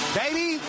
baby